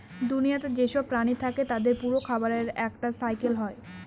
দুনিয়াতে যেসব প্রাণী থাকে তাদের পুরো খাবারের একটা সাইকেল হয়